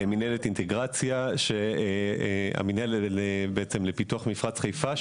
מנהלת אינטגרציה בעצם לפיתוח מפרץ חיפה,